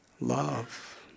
love